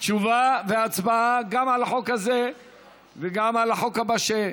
תשובה והצבעה גם על החוק הזה וגם על החוק הבא,